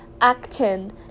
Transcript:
acting